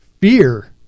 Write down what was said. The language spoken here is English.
fear